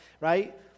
right